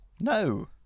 No